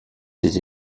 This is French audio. ses